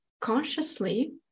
consciously